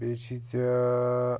بیٚیہِ چھُے زٕےٚ ٲں